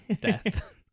death